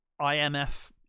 IMF